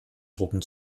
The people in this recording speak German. drucken